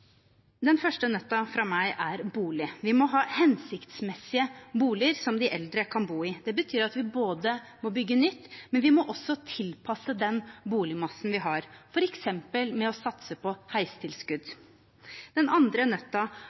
Den første nøtten fra meg er bolig. Vi må ha hensiktsmessige boliger som de eldre kan bo i. Det betyr at vi må bygge nytt, men vi må også tilpasse den boligmassen vi har, f.eks. ved å satse på heistilskudd. Den andre nøtten er